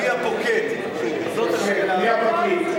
אה, יפה, יפה.